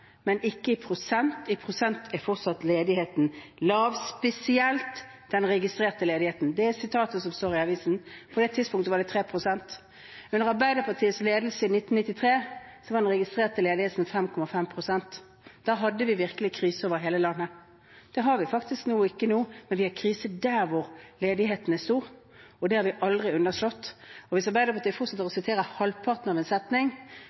men ikke i prosent – «i prosent er ledigheten fortsatt lav,» «spesielt den registrerte ledigheten». Det er sitatet som står i avisen. På det tidspunktet var det 3 pst. Under Arbeiderpartiets ledelse i 1993 var den registrerte ledigheten 5,5 pst. Da hadde vi virkelig krise over hele landet. Det har vi faktisk ikke nå, men vi har krise der hvor ledigheten er stor, og det har vi aldri underslått. Hvis Arbeiderpartiet fortsetter å sitere halvparten av en setning